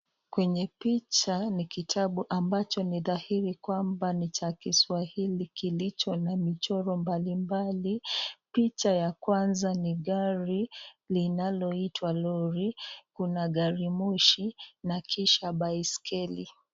Kwenye picha ni kitabu ambacho ni dhahiri Kwamba nicha kiswahili, kilicho na michoro mbali mbali, picha ya kwanza ni gari linaloitwa Lori kuna Gari Moshi na kisha baisikeli.